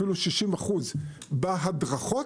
אפילו 60% בהדרכות,